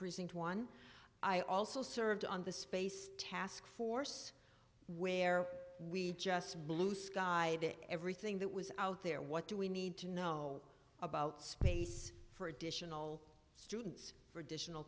precinct one i also served on the space task force where we just blue sky everything that was out there what do we need to know about space for additional students for additional